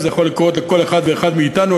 וזה יכול לקרות לכל אחד ואחד מאתנו,